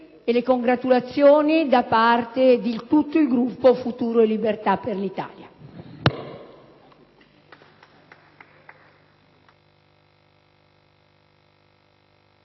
e le congratulazioni da parte di tutto il Gruppo di Futuro e Libertà per l'Italia.